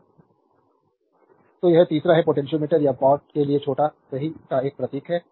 slide time देखें 1648 तो यह तीसरा है पोटेंशियोमीटर या पॉट के लिए छोटा सही का प्रतीक है